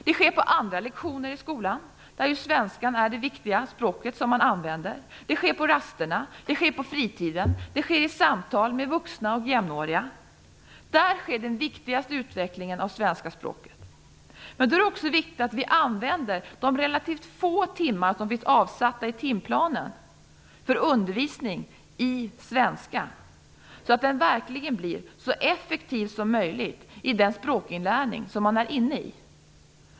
Det sker på andra lektioner i skolan, där svenskan är det språk som man använder, det sker på rasterna, det sker på fritiden, det sker i samtal med vuxna och jämnåriga. Där sker den viktigaste utvecklingen av kunskaperna i svenska språket. Men då är det också viktigt att vi använder de relativt få timmar som finns avsatta i timplanen för undervisning i svenska, så att den verkligen blir så effektiv som möjligt i den språkinlärning som man är inne i.